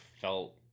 felt